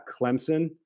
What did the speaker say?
Clemson